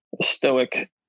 stoic